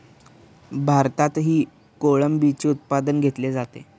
भारतातही कोळंबीचे उत्पादन घेतले जाते